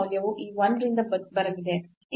ಮೌಲ್ಯವು ಈ 1 ರಿಂದ ಬರಲಿದೆ